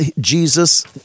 Jesus